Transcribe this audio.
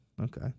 Okay